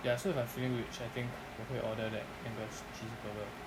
ya so if I'm feeling rich I think 我会 order that angus cheese burger